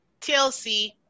TLC